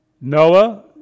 Noah